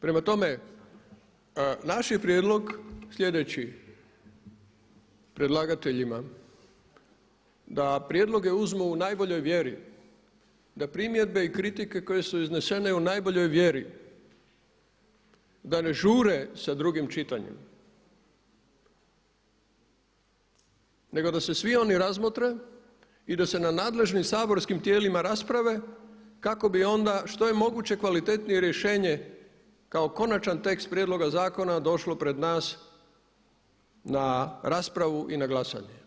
Prema tome, naš je prijedlog sljedeći predlagateljima, da prijedloge uzmu u najboljoj vjeri, da primjedbe i kritike koje su iznesene u najboljoj vjeri da ne žure sa drugim čitanjem nego da se svi oni razmotre i da se na nadležnim saborskim tijelima rasprave kako bi onda što je moguće kvalitetnije rješenje kao konačan tekst prijedloga zakona došlo pred nas na raspravu i na glasanje.